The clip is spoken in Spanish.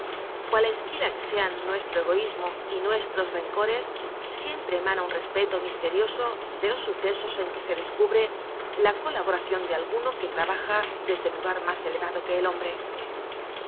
saludaban cualesquiera que sean nuestro egoismo y nuestros rencores siempre emana un respeto misterioso de los sucesos en que se descuhre la colaboracion de alguno que trabaja desde lugar mas elevado que el hombre